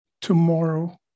tomorrow